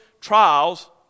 trials